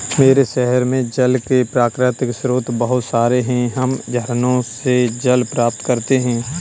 मेरे शहर में जल के प्राकृतिक स्रोत बहुत सारे हैं हम झरनों से जल प्राप्त करते हैं